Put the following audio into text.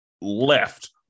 left